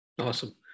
Awesome